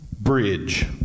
Bridge